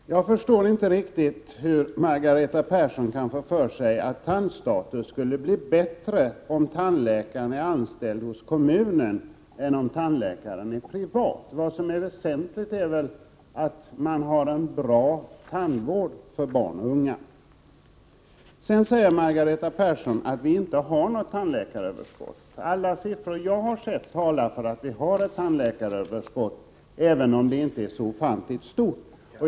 Herr talman! Jag förstår inte riktigt hur Margareta Persson kan få för sig att tandstatusen skulle bli bättre om tandläkaren är anställd av kommunen än om tandläkaren är privat. Det väsentliga är väl att vi har en bra tandvård för barn och ungdomar. Margareta Persson säger att vi inte har något tandläkaröverskott. Men alla de siffror jag har sett talar om ett tandläkaröverskott, även om det inte är så ofantligt stort.